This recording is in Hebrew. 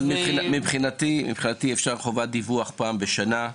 מבחינתי אפשר דיווח פעם בשנה.